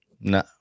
No